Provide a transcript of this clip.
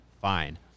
fine